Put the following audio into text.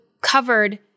covered